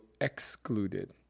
excluded